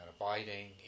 abiding